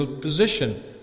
position